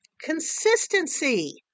Consistency